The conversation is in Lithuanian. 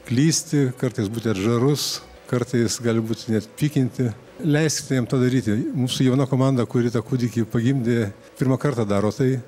klysti kartais būti atžarus kartais gali būt net pykinti leiskite jam tą daryti mūsų jauna komanda kuri tą kūdikį pagimdė pirmą kartą daro tai